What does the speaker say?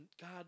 God